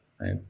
right